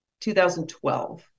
2012